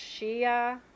Shia